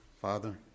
Father